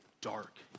dark